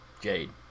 Jade